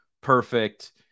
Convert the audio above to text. perfect